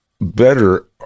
better